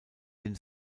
den